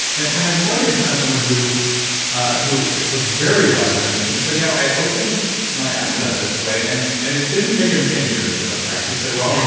and and i wanted to find someone who who was very western and just said you know, i opened my eyes up this way. and and it didn't take him ten years of practice. he said, well,